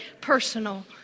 personal